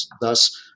thus